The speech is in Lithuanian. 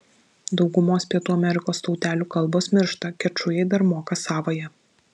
daugumos pietų amerikos tautelių kalbos miršta kečujai dar moka savąją